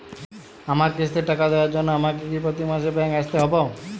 আমার কিস্তির টাকা দেওয়ার জন্য আমাকে কি প্রতি মাসে ব্যাংক আসতে হব?